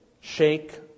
shake